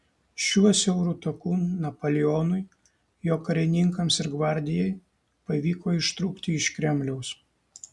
šiuo siauru taku napoleonui jo karininkams ir gvardijai pavyko ištrūkti iš kremliaus